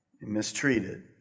mistreated